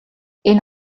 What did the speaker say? энэ